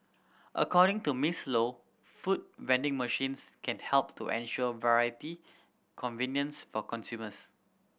according to Miss Low food vending machines can help to ensure variety convenience for consumers